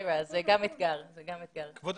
כן, נכון.